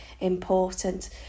important